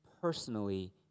personally